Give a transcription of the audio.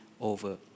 over